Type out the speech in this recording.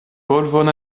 polvon